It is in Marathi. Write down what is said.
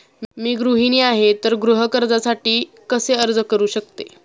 मी गृहिणी आहे तर गृह कर्जासाठी कसे अर्ज करू शकते?